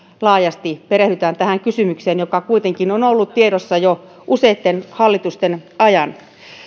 laajasti perehdytään tähän kysymykseen joka kuitenkin on ollut tiedossa jo useitten hallitusten ajan